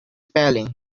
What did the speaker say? spelling